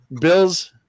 Bills